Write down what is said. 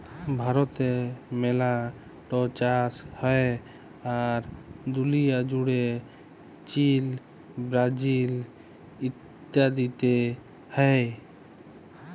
ভারতে মেলা ট চাষ হ্যয়, আর দুলিয়া জুড়ে চীল, ব্রাজিল ইত্যাদিতে হ্য়য়